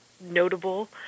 notable